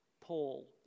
Paul